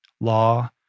law